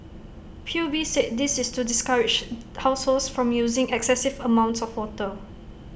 P U B said this is to discourage households from using excessive amounts of water